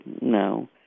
no